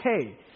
okay